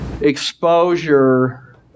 exposure